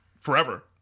forever